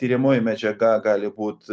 tiriamoji medžiaga gali būt